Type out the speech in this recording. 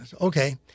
Okay